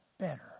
better